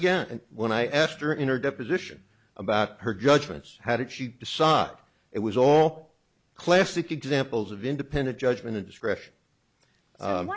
and when i asked her in her deposition about her judgments how did she decide it was all classic examples of independent judgment indiscretion